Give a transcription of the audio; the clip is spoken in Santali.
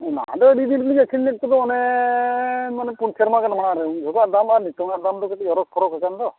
ᱚᱱᱟᱫᱚ ᱟᱹᱰᱤᱫᱤᱱ ᱨᱮᱹᱞᱤᱧ ᱟᱹᱠᱷᱨᱤᱧ ᱞᱮᱫ ᱠᱚᱫᱚ ᱚᱱᱮ ᱢᱟᱱᱮ ᱯᱩᱱ ᱥᱮᱨᱢᱟ ᱜᱟᱱ ᱢᱟᱲᱟᱝ ᱨᱮ ᱩᱱ ᱡᱚᱠᱷᱮᱡ ᱟᱜ ᱫᱟᱢ ᱱᱮᱛᱟᱨᱟᱜ ᱫᱟᱢ ᱫᱚ ᱠᱟᱹᱴᱤᱡ ᱟᱨᱚ ᱯᱷᱟᱨᱟᱠ ᱟᱠᱟᱱ ᱫᱚ